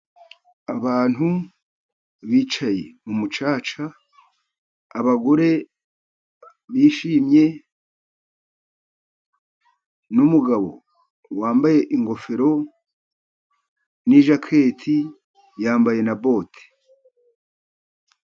Abantu bicaye mumucaca, abagore bishimye n'umugabo wambaye ingofero n'ijaketi yambaye na bote.